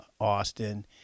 Austin